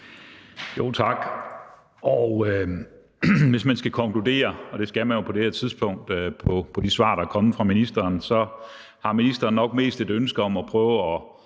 (DF): Hvis man skal konkludere, og det skal man jo på det her tidspunkt, på de svar, der er kommet fra ministeren, har ministeren nok mest et ønske om at prøve at